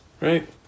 right